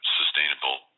sustainable